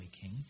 King